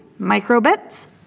MicroBits